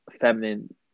feminine